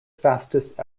fastest